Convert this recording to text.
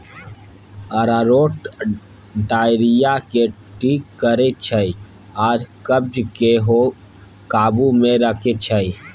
अरारोट diarrhoea केँ ठीक करै छै आ कब्ज केँ सेहो काबु मे रखै छै